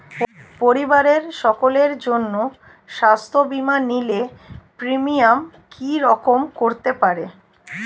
পরিবারের সকলের জন্য স্বাস্থ্য বীমা নিলে প্রিমিয়াম কি রকম করতে পারে?